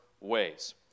ways